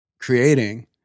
creating